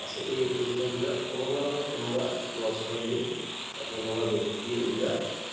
আছে এই এপ্লিকেশ্যনবিলাক কোনোবা নহয় কোনোবা ল'ৰা ছোৱালীয়ে বা কোনোবা ব্যক্তিয়ে এইবিলাক